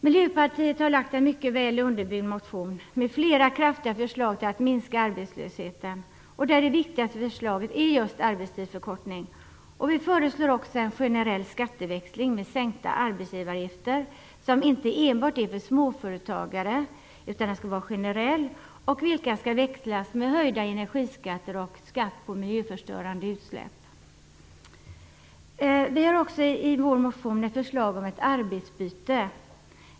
Miljöpartiet har väckt en mycket väl underbyggd motion med flera förslag om hur man skall minska arbetslösheten. Det viktigaste förslaget gäller just arbetstidsförkortningen. Vi föreslår också en generell skatteväxling med sänkta arbetsgivaravgifter. Den gäller alltså inte enbart småföretagare utan skall vara generell. Dessa avgifter skall växlas med höjda energiskatter och skatt på miljöförstörande utsläpp. Vi har också i vår motion ett förslag om ett arbetsbyte.